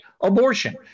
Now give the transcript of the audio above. abortion